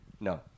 No